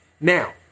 Now